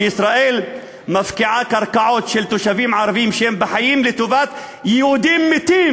שישראל מפקיעה קרקעות של תושבים ערבים שהם בחיים לטובת יהודים מתים.